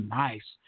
nice